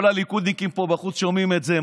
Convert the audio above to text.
כל הליכודניקים פה בחוץ שומעים את זה.